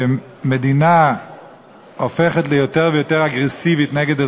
כשמדינה הופכת ליותר ויותר אגרסיבית נגד אזרחיה,